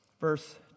verse